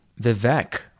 Vivek